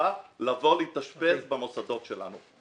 במצוקה לבוא להתאשפז במוסדות שלנו.